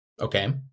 okay